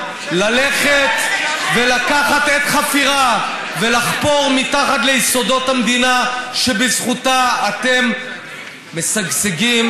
ללכת ולקחת את חפירה ולחפור מתחת ליסודות המדינה שבזכותה אתם משגשגים,